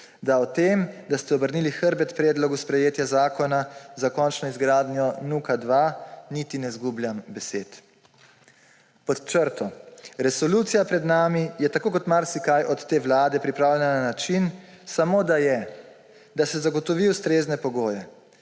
da o tem, da ste obrnili hrbet predlogu sprejetja zakona za končno izgradnjo NUK 2, niti ne izgubljam besed. Pod črto: resolucija pred nami je, tako kot marsikaj od te vlade, pripravljena na način Samo da je, da se zagotovi ustrezne pogoje.